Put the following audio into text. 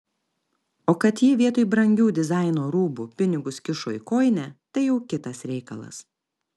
o kad ji vietoj brangių dizaino rūbų pinigus kišo į kojinę tai jau kitas reikalas